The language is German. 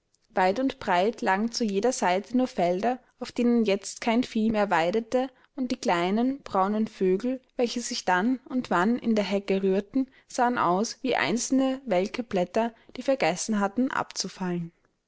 weit und breit lagen zu jeder seite nur felder auf denen jetzt kein vieh mehr weidete und die kleinen braunen vögel welche sich dann und wann in der hecke rührten sahen aus wie einzelne welke blätter die vergessen hatten abzufallen